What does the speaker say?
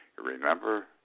Remember